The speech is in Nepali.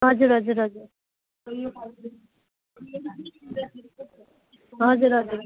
हजुर हजुर हजुर हजुर हजुर